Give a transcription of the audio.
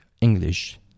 English